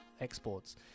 exports